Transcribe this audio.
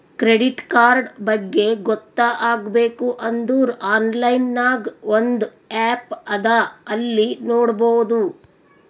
credit card ಬಗ್ಗೆ ಗೊತ್ತ ಆಗ್ಬೇಕು ಅಂದುರ್ ಆನ್ಲೈನ್ ನಾಗ್ ಒಂದ್ ಆ್ಯಪ್ ಅದಾ ಅಲ್ಲಿ ನೋಡಬೋದು